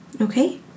Okay